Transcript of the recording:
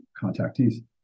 contactees